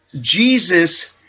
Jesus